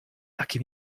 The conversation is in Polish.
taki